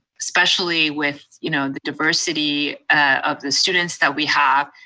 especially with you know the diversity of the students that we have.